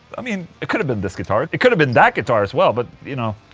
i mean, it could have been this guitar. it it could have been that guitar as well, but you know.